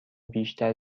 بیشتر